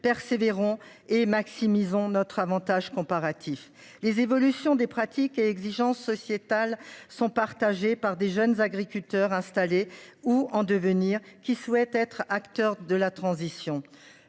persévérant et maximise notre Avantage comparatif les évolutions des pratiques et exigences sociétales sont partagées par des jeunes agriculteurs installés ou en devenir qui souhaitent être acteurs de la transition.